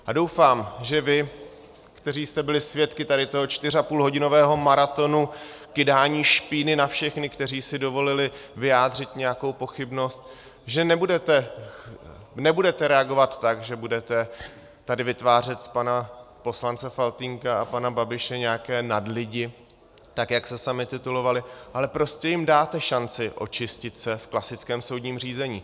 A doufám, že vy, kteří jste byli svědky tady toho 4,5hodinového maratonu kydání špíny na všechny, kteří si dovolili vyjádřit nějakou pochybnost, nebudete reagovat tak, že budete tady vytvářet z pana poslance Faltýnka a pana Babiše nějaké nadlidi, jak se sami titulovali, ale prostě jim dáte šanci očistit se v klasickém soudním řízení.